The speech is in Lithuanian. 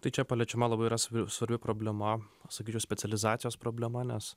tai čia paliečiama labai yra svarbi problema sakyčiau specializacijos problema nes